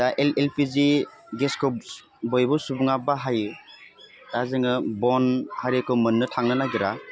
दा एलएलपिजि गेसखौ बयबो सुबुङा बाहायो दा जोङो बन हारिखौ मोन्नो थांनो नागिरा